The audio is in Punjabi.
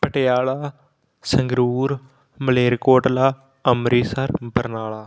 ਪਟਿਆਲਾ ਸੰਗਰੂਰ ਮਲੇਰਕੋਟਲਾ ਅਮ੍ਰਿੰਤਸਰ ਬਰਨਾਲਾ